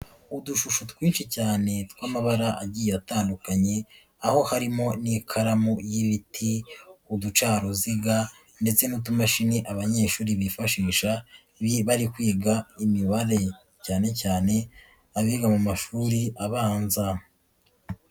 Udushusho twinshi cyane tw'amabara agiye atandukanye, aho harimo n'ikaramu y'ibiti, uducaruziga ndetse n'utumashini abanyeshuri bifashisha, bari kwiga imibare cyane cyane abiga mu mashuri abanza.